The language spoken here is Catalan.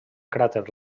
cràter